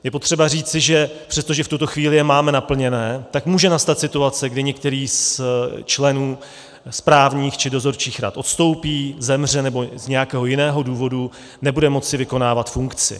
Je potřeba říci, že přestože v tuto chvíli je máme naplněny, tak může nastat situace, kdy některý z členů správních či dozorčích rad odstoupí, zemře nebo z nějakého jiného důvodu nebude moci vykonávat funkci.